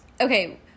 Okay